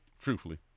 truthfully